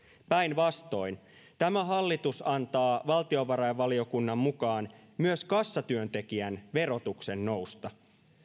päinvastoin tämä hallitus antaa valtiovarainvaliokunnan mukaan myös kassatyöntekijän verotuksen nousta